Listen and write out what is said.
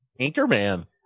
Anchorman